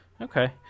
Okay